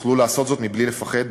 יוכלו לעשות זאת בלי לפחד,